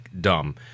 dumb